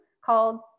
called